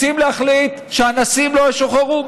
רוצים להחליט שאנסים לא ישוחררו?